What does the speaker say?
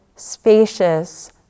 Spacious